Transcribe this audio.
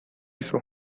eso